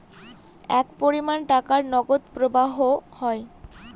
এক পরিমান টাকার নগদ প্রবাহ হয়